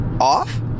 off